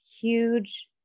huge